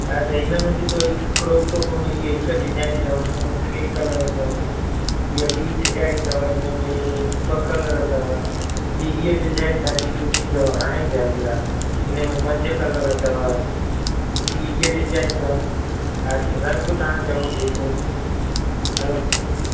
हा त हिनमें ॾिसो हिकु क्रोप टोप में हीअ हिक डिजाइन अथव इनमें टे कलर अथव हीअ ॿी डिजाइन अथव इनमें ॿ कलर अथव ॿी हीअ डिझाइन ॾाढी सुठी अथव हाणे ज आई आहे इनमें पंज कलर अथव ॿी हीअ डिजाइन अथव हा त रंग तव्हां चओ जेको हलो